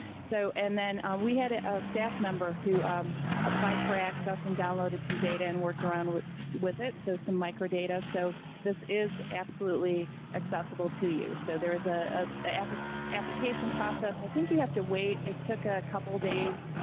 so and then we had a staff member who um applied for access and downloaded some data and worked around with with it, so some microdata. so this is absolutely accessible to you. so there is ah ah an application process, i think you have to wait. it took a couple days,